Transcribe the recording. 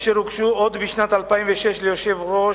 אשר הוגשו עוד בשנת 2006 ליושב-ראש